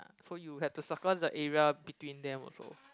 so you have to circle the area between them also